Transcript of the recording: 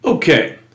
Okay